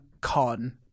Con